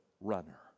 runner